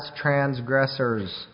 transgressors